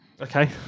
Okay